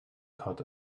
cut